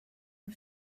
her